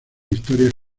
historias